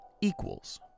equals